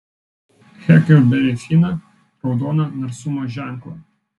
heklberį finą raudoną narsumo ženklą